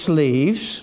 leaves